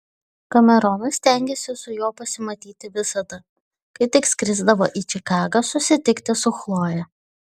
kameronas stengėsi su juo pasimatyti visada kai tik skrisdavo į čikagą susitikti su chloje